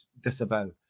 disavow